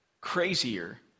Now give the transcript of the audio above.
crazier